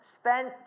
spent